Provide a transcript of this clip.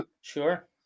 Sure